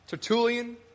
Tertullian